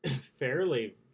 fairly